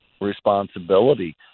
responsibility